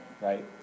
Right